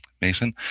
Mason